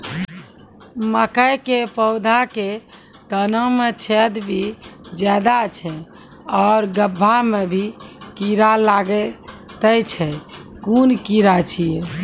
मकयक पौधा के तना मे छेद भो जायत छै आर गभ्भा मे भी कीड़ा लागतै छै कून कीड़ा छियै?